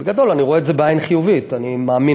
בגדול, אני רואה את זה בעין חיובית, אני מאמין